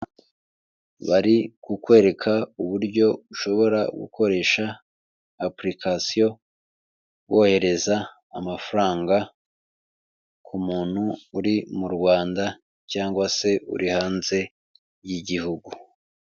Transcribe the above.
Bari kukwereka uburyo ushobora gukoresha apurikasiyo wohereza amafaranga ku muntu uri mu Rwanda cyangwa se uri hanze y'igihugu.